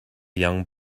young